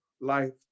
life